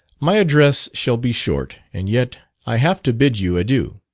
my address shall be short, and yet i have to bid you adieu!